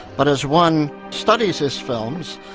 but as one studies his films,